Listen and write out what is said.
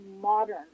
modern